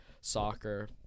soccer